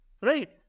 Right